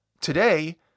Today